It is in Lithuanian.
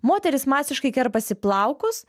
moterys masiškai kerpasi plaukus